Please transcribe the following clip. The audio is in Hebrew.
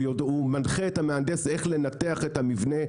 הוא מנחה את המהנדס איך לנתח את המבנה,